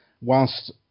whilst